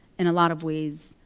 in a lot of ways,